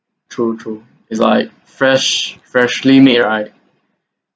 true true is like fresh freshly made right